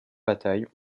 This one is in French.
bataille